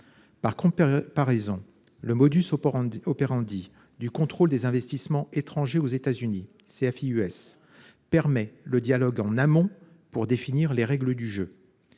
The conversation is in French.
pas raison. Le modus operandi operandi du contrôle des investissements étrangers aux États-Unis c'est fille US permet le dialogue en amont pour définir les règles du jeu.